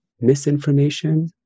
misinformation